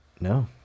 no